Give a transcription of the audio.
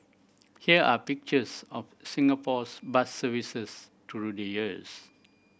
here are pictures of Singapore's bus services through the years